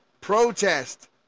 Protest